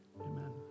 Amen